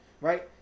right